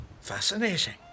Fascinating